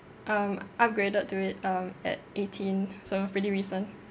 um upgraded to it um at eighteen so pretty recent